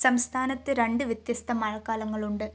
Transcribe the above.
സംസ്ഥാനത്ത് രണ്ട് വ്യത്യസ്ത മഴക്കാലങ്ങളുണ്ട്